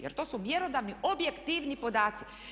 Jer to su mjerodavni objektivni podaci.